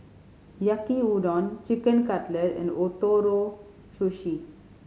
Yaki Udon Chicken Cutlet and Ootoro Sushi